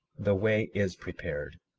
the way is prepared,